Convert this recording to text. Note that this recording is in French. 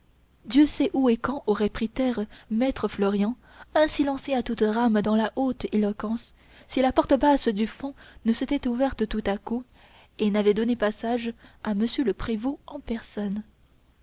dieu sait où et quand aurait pris terre maître florian ainsi lancé à toutes rames dans la haute éloquence si la porte basse du fond ne s'était ouverte tout à coup et n'avait donné passage à m le prévôt en personne